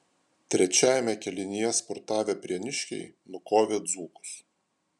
trečiajame kėlinyje spurtavę prieniškiai nukovė dzūkus